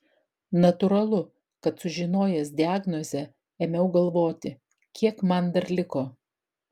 natūralu kad sužinojęs diagnozę ėmiau galvoti kiek man dar liko